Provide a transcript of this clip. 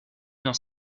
dans